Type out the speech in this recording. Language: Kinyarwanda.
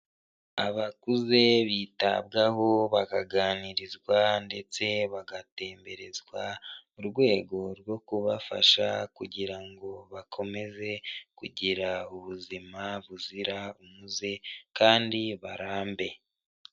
Abakuze bitabwaho bakaganirizwa ndetse bagatemberezwa mu rwego rwo kubafasha kugira ngo bakomeze kugira ubuzima buzira umuze kandi barambe.